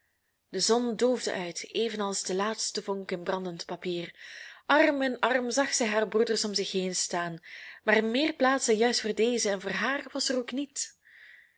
de zon doofde uit evenals de laatste vonk in brandend papier arm in arm zag zij haar broeders om zich heen staan maar meer plaats dan juist voor dezen en voor haar was er ook niet